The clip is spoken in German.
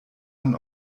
man